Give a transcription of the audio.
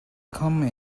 come